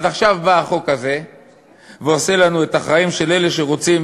אז עכשיו בא החוק הזה ועושה לנו את החיים של אלה שרוצים